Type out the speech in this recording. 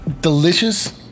delicious